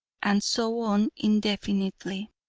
and so on indefinitely.